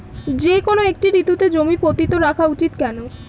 যেকোনো একটি ঋতুতে জমি পতিত রাখা উচিৎ কেন?